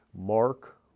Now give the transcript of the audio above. mark